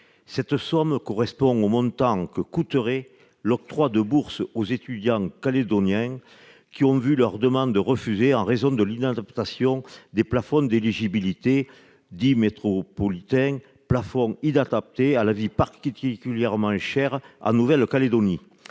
Cette somme correspond au montant que coûterait l'octroi de bourses aux étudiants calédoniens qui ont vu leur demande refusée, en raison de l'inadaptation des plafonds d'éligibilité « métropolitains » à la vie particulièrement chère en Nouvelle-Calédonie.